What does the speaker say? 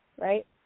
right